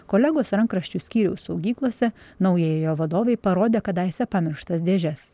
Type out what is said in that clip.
kolegos rankraščių skyriaus saugyklose naujieji jo vadovai parodė kadaise pamirštas dėžes